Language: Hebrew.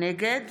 נגד